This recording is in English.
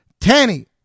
tanny